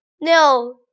No